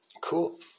cool